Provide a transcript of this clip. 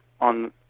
on